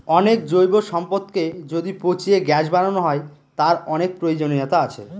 অনেক জৈব সম্পদকে যদি পচিয়ে গ্যাস বানানো হয়, তার অনেক প্রয়োজনীয়তা আছে